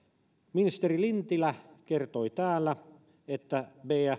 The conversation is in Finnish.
ministeri lintilä kertoi täällä että bf